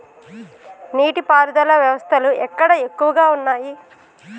నీటి పారుదల వ్యవస్థలు ఎక్కడ ఎక్కువగా ఉన్నాయి?